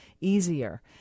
easier